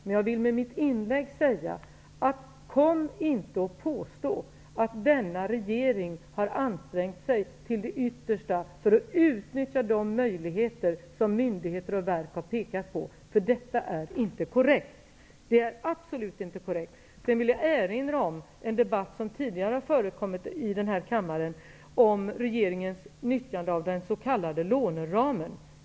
Men jag vill med mitt inlägg säga att kom inte och påstå att denna regering har ansträngt sig till det yttersta för att utnyttja de möjligheter som myndigheter och verk har pekat på, för detta är absolut inte korrekt. Jag vill erinra om en debatt som tidigare har förekommit i denna kammare om regeringens nyttjande av den s.k. låneramen.